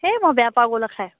সেই মই বেয়া পাওঁ খাই